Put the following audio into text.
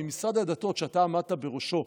אם משרד הדתות שאתה עמדת בראשו,